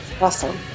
Awesome